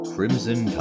Crimson